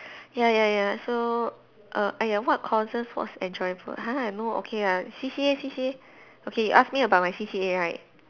ya ya ya so err !aiya! what courses was enjoyable !huh! no okay lah C_C_A C_C_A okay you ask me about my C_C_A right